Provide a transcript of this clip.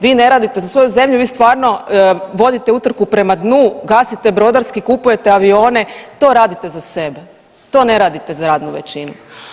Vi ne radite za svoju zemlju, vi stvarno vodite utrku prema dnu, gasite brodarski, kupujete avione, to radite za sebe, to ne radite za radnu većinu.